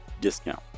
discount